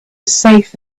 safe